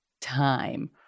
time